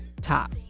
top